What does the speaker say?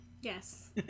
Yes